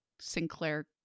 Sinclair